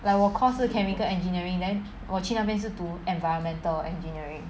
like 我 course 是 chemical engineering then 我去那边是读 environmental engineering